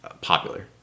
popular